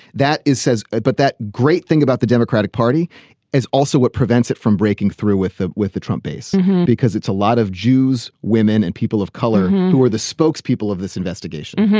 that is says but that great thing about the democratic party is also what prevents it from breaking through with it with the trump base because it's a lot of jews women and people of color who are the spokespeople of this investigation.